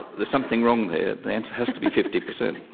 there's something wrong there, the answer has to be fifty percent.